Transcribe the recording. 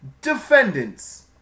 Defendants